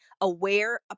aware